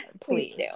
Please